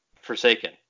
Forsaken